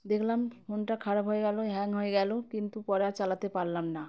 দেখলাম ফোনটা খারাপ হয়ে গেলো হ্যাং হয়ে গেলো কিন্তু পরে আর চালাতে পারলাম না